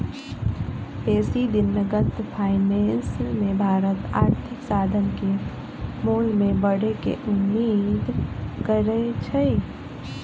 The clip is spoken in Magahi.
बेशी दिनगत फाइनेंस मे भारत आर्थिक साधन के मोल में बढ़े के उम्मेद करइ छइ